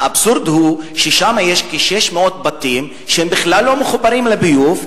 האבסורד הוא ששם יש כ-600 בתים שבכלל לא מחוברים לביוב,